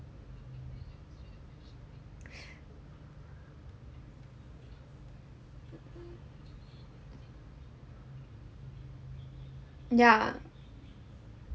mm ya